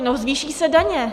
No zvýší se daně.